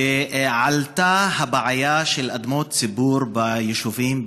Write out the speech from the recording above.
עלתה הבעיה של אדמות ציבור ביישובים,